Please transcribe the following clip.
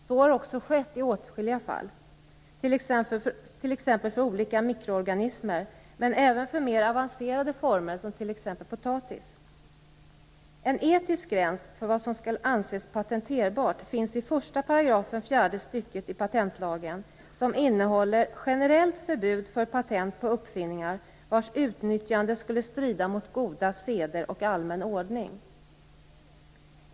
Så har också skett i åtskilliga fall, t.ex. för olika mikroorganismer men även för mer avancerade former, som t.ex. potatis. En etisk gräns för vad som skall anses patenterbart finns i 1 § fjärde stycket patentlagen, som innehåller generellt förbud för patent på uppfinningar vars utnyttjande skulle strida mot goda seder och allmän ordning.